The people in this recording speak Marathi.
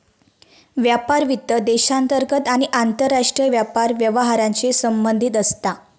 व्यापार वित्त देशांतर्गत आणि आंतरराष्ट्रीय व्यापार व्यवहारांशी संबंधित असता